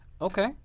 Okay